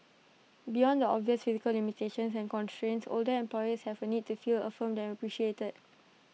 beyond the obvious physical limitations and constraints older employees have A need to feel affirmed and appreciated